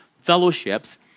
fellowships